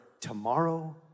tomorrow